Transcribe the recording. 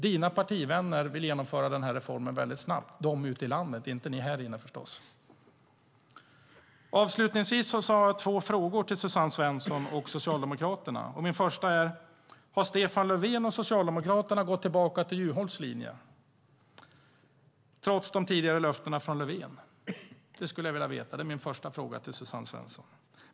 Dina partivänner ute i landet vill genomföra reformen väldigt snabbt, men förstås inte ni här inne. Avslutningsvis har jag två frågor till Suzanne Svensson och Socialdemokraterna. Min första fråga är: Har Stefan Löfven och Socialdemokraterna gått tillbaka till Juholts linje trots de tidigare löftena från Löfven? Det skulle jag vilja veta. Det är min första fråga till Suzanne Svensson.